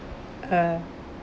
uh